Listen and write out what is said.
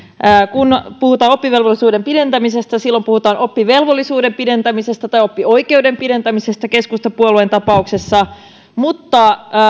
kun puhutaan oppivelvollisuuden pidentämisestä silloin puhutaan oppivelvollisuuden pidentämisestä tai oppioikeuden pidentämisestä keskustapuolueen tapauksessa mutta